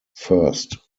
first